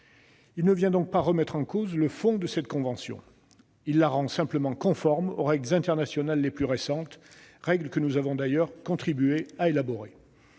Il ne vient donc pas remettre en cause le fond de la convention ; il la rend simplement conforme aux règles internationales les plus récentes, que nous avons d'ailleurs contribué à élaborer.